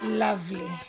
lovely